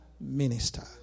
minister